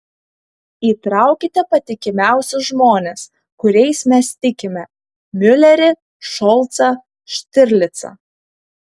įtraukite patikimiausius žmones kuriais mes tikime miulerį šolcą štirlicą